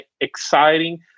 exciting